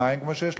וגם